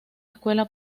escuela